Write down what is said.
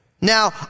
Now